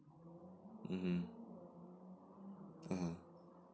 mmhmm (uh huh)